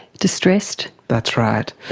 distressed. that's right.